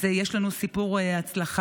אז יש לנו סיפור הצלחה.